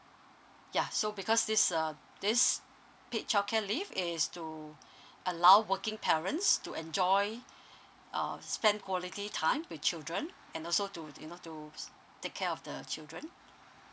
ya so because this uh this paid childcare leave is to allow working parents to enjoy uh spend quality time with children and also to to you know to take care of the children